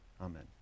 Amen